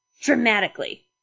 dramatically